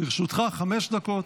לרשותך חמש דקות.